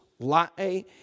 lie